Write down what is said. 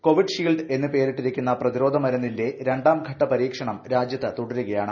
Covid shield എന്ന് പേരിട്ടിരിക്കുന്ന പ്രതിരോധമരുന്നിന്റെ രണ്ടാം ഘട പരീക്ഷണം രാജ്യത്തു തുടരുകയാണ്